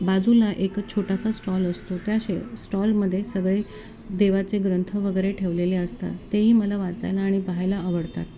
बाजूला एक छोटासा स्टॉल असतो त्या शे स्टॉलमध्ये सगळे देवाचे ग्रंथ वगैरे ठेवलेले असतात तेही मला वाचायला आणि पाहायला आवडतात